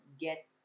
get